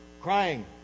Crying